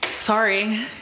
sorry